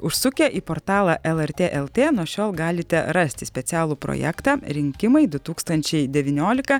užsukę į portalą lrt lt nuo šiol galite rasti specialų projektą rinkimai du tūkstančiai devyniolika